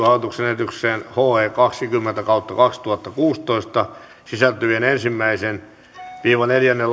hallituksen esitykseen kaksikymmentä kautta kaksituhattakuusitoista sisältyvät ensimmäisen viiva neljännen